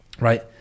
Right